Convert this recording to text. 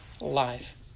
life